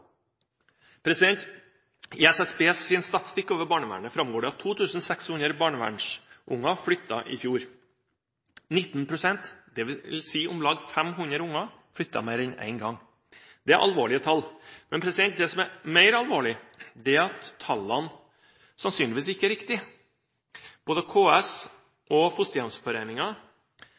I SSBs statistikk over barnevernet framgår det at 2 600 barnevernsbarn flyttet i fjor. 19 pst. – dvs. om lag 500 barn – flyttet mer enn én gang. Det er alvorlige tall, men det som er mer alvorlig, er at tallene sannsynligvis ikke er riktige. Både KS og